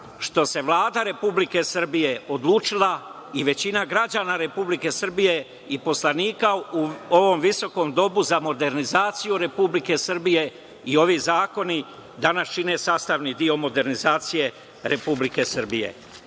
što se Vlada Republike Srbije odlučila i većina građana Republike Srbije i poslanika u ovom visokom domu za modernizaciju Republike Srbije i ovi zakoni danas čine sastavni deo modernizacije Republike Srbije. Neću